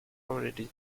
already